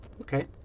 Okay